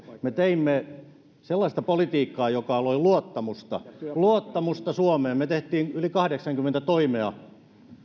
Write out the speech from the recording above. me teimme sellaista politiikkaa joka loi luottamusta luottamusta suomeen me teimme yli kahdeksankymmentä toimea